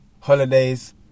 Holidays